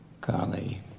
Carly